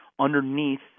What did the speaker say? underneath